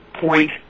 point